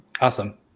Awesome